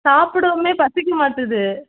சாப்பிடவுமே பசிக்கமாட்டுது